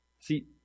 See